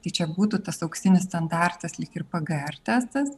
tai čia būtų tas auksinis standartas lyg ir pgr testas